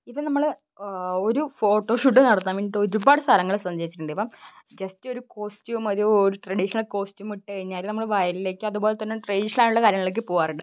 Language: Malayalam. ഇപ്പം നമ്മൾ ഒരു ഫോട്ടോഷൂട്ട് നടത്താൻ വേണ്ടിയിട്ട് ഒരുപാട് സഥലങ്ങൾ സഞ്ചരിച്ചിട്ടുണ്ട് ഇപ്പം ജസ്റ്റ് ഒരു കോസ്റ്റ്യൂം ഒരൂ ഒരു ട്രഡീഷണൽ കോസ്റ്റൂം ഇട്ടു കഴിഞ്ഞാൽ നമ്മൾ വയലിലേക്ക് അതുപോലെ തന്നെ ട്രേഡിഷണാലായുള്ള കാര്യങ്ങളിലേക്ക് പോവാറുണ്ട്